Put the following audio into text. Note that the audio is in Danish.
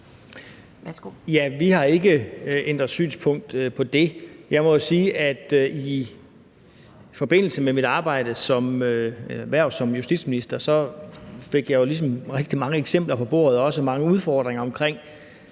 Ja, vi har ikke ændret synspunkt på det. Jeg må sige, at i forbindelse med mit hverv som justitsminister fik jeg ligesom rigtig mange eksempler på bordet og også mange udfordringer om,